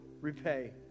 repay